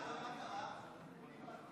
אתה